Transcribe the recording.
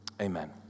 Amen